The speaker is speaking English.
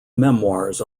memoirs